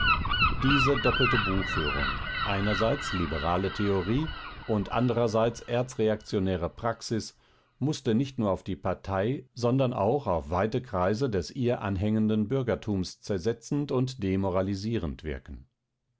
diese doppelte buchführung einerseits liberale theorie und andererseits erzreaktionäre praxis mußte nicht nur auf die partei sondern auch auf weite kreise des ihr anhängenden bürgertums zersetzend und demoralisierend wirken